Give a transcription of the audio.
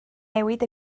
newid